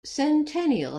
centennial